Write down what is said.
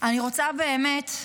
אני רוצה, באמת,